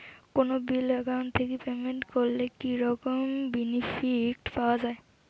কোনো bill account থাকি payment করলে কি রকম বেনিফিট পাওয়া য়ায়?